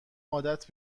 عادت